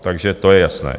Takže to je jasné.